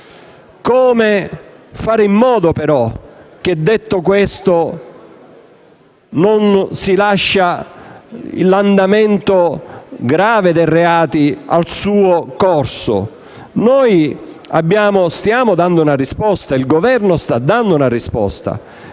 Come fare in modo, però - detto questo - di non lasciare l'andamento grave dei reati al suo corso? Noi stiamo dando una risposta; il Governo sta dando una risposta.